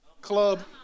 club